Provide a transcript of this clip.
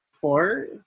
four